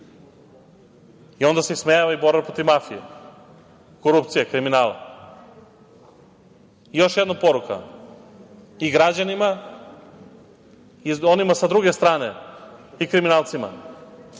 Onda se ismejava i borba protiv mafije, korupcije, kriminala. Još jedna poruka i građanima i onima sa druge strane i kriminalcima.